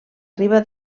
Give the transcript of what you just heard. riba